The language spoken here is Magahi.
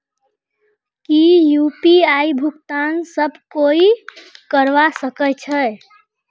की यु.पी.आई भुगतान सब कोई ई करवा सकछै?